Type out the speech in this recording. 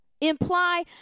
imply